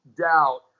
doubt